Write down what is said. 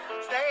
Stay